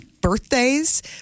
birthdays